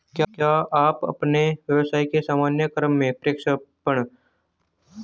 क्या आप अपने व्यवसाय के सामान्य क्रम में प्रेषण स्थानान्तरण प्रदान करते हैं?